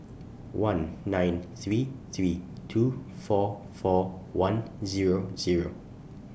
one nine three three two four four one Zero Zero